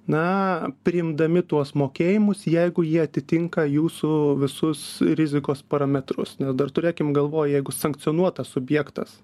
na priimdami tuos mokėjimus jeigu jie atitinka jūsų visus rizikos parametrus dar turėkim galvoj jeigu sankcionuotas subjektas